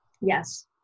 Yes